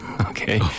Okay